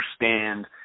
understand